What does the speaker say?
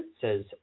says